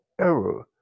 error